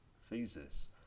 thesis